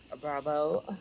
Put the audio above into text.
Bravo